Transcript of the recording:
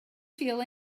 feel